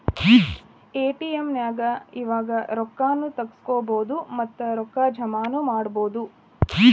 ATM ನ್ಯಾಗ್ ಇವಾಗ ರೊಕ್ಕಾ ನು ತಗ್ಸ್ಕೊಬೊದು ಮತ್ತ ರೊಕ್ಕಾ ಜಮಾನು ಮಾಡ್ಬೊದು